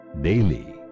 daily